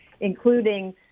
including